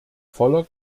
voller